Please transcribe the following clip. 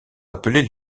appelés